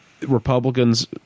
Republicans